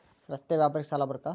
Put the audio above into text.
ರಸ್ತೆ ವ್ಯಾಪಾರಕ್ಕ ಸಾಲ ಬರುತ್ತಾ?